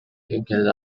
эгерде